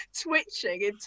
Twitching